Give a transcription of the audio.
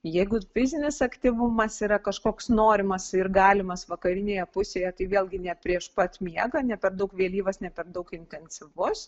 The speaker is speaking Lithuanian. jeigu fizinis aktyvumas yra kažkoks norimas ir galimas vakarinėje pusėje tai vėlgi ne prieš pat miegą ne per daug vėlyvas ne per daug intensyvus